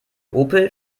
opel